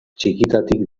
txikitatik